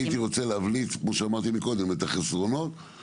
הייתי רוצה להבליט את החסרונות של הדרכונים הזמניים.